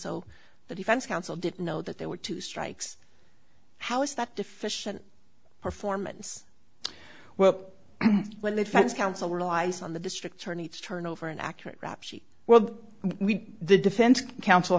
so the defense counsel didn't know that there were two strikes how is that deficient performance well when the fence council relies on the district attorney to turn over an accurate rap sheet well we the defense counsel